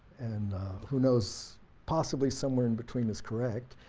and who knows possibly somewhere in between is correct,